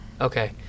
Okay